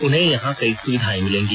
उन्हें यहाँ कई सुविधाएँ मिलेंगी